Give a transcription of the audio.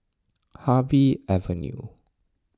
Harvey Avenue